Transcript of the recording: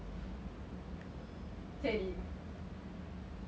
சேரி:seri